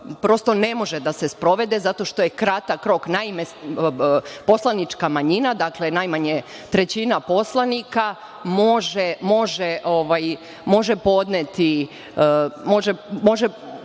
prosto ne može da se sprovede zato što je kratak rok. Naime, poslanička manjina, dakle, najmanje trećina poslanika može pokrenuti postupak